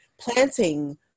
planting